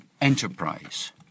enterprise